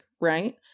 right